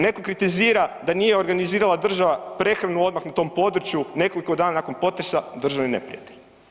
Netko kritizira da nije organizirala država prehranu odmah na tom području, nekoliko dana nakon potresa, državni neprijatelj.